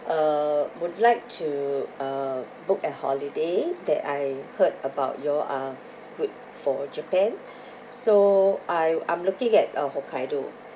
uh would like to uh book a holiday that I heard about you all are good for japan so I I'm looking at uh hokkaido